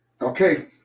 Okay